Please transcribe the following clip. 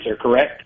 correct